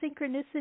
synchronicity